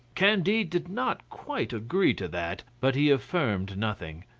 candide did not quite agree to that, but he affirmed nothing.